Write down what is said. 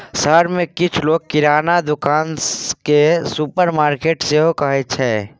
शहर मे किछ लोक किराना दोकान केँ सुपरमार्केट सेहो कहै छै